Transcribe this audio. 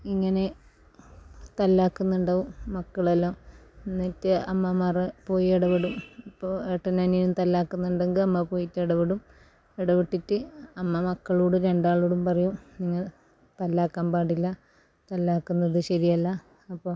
ഇങ്ങനെ തല്ലാക്കുന്നുണ്ടാകും മക്കളെല്ലാം എന്നിട്ട് അമ്മമാർ പോയി ഇടപെടും അപ്പം ഏട്ടനും അനിയനും തല്ലാക്കുന്നുണ്ടെങ്കിൽ അമ്മ പോയിട്ടിടപെടും ഇടപെട്ടിട്ട് അമ്മ മക്കളോട് രണ്ടാളോടും പറയും നിങ്ങ തല്ലാക്കാൻ പാടില്ല തല്ലാക്കുന്നത് ശരിയല്ല അപ്പോൾ